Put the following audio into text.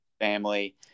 family